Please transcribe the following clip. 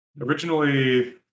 Originally